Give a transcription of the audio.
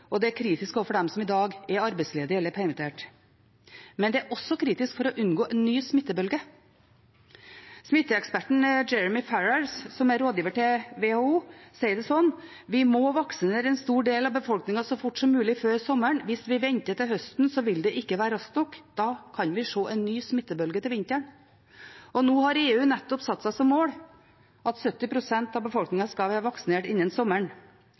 og det er kritisk overfor dem som i dag er arbeidsledige eller permittert. Men det er også kritisk for å unngå en ny smittebølge. Smitteeksperten Jeremy Farrar, som er rådgiver for WHO, sier det slik: Vi må vaksinere en stor del av befolkningen så fort som mulig før sommeren. Hvis vi venter til høsten, vil det ikke være raskt nok. Da kan vi se en ny smittebølge til vinteren. Nå har EU nettopp satt seg mål om at 70 pst. av befolkningen skal være vaksinert innen sommeren.